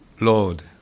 Lord